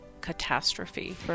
catastrophe